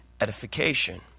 edification